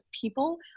people